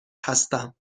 هستم